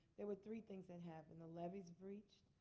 there were three things that happened. the levees breached.